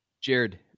Jared